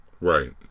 Right